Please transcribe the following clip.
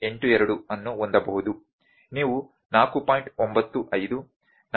82 ಅನ್ನು ಹೊಂದಬಹುದು